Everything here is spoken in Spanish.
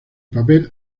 papel